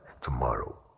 tomorrow